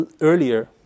earlier